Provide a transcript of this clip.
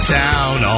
town